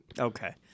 Okay